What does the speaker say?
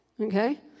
Okay